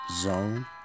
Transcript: zone